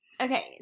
okay